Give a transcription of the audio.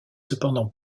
cependant